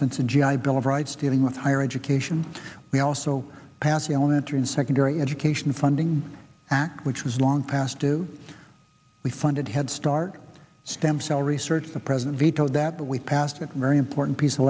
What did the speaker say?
since the g i bill of rights dealing with higher education we also passed the elementary and secondary education funding act which was long past due we funded headstart stem cell research the president vetoed that we passed a very important piece of